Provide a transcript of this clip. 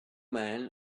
man